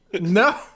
No